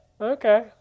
Okay